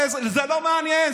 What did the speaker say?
זה לא מעניין.